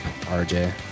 RJ